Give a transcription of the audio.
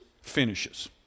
finishes